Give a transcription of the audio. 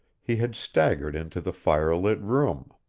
he had staggered into the fire-lit room.